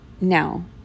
Now